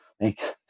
thanks